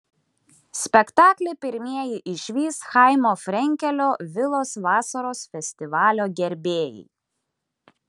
spektaklį pirmieji išvys chaimo frenkelio vilos vasaros festivalio gerbėjai